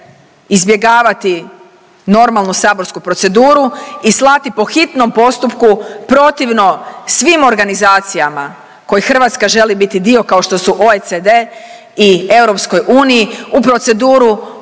izbjegavati normalnu saborsku proceduru i slati po hitnom postupku protivno svim organizacijama kojih Hrvatska želi biti dio kao što su OECD i EU, u proceduru